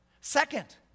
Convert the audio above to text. Second